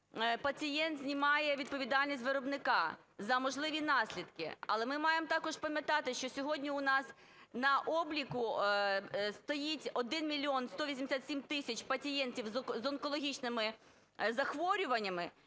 пацієнт знімає відповідальність з виробника за можливі наслідки. Але ми маємо також пам'ятати, що сьогодні у нас на обліку стоїть 1 мільйон 187 тисяч пацієнтів з онкологічними захворюваннями,